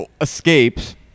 escapes